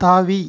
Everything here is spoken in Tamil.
தாவி